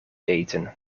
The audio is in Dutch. eten